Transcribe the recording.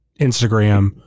Instagram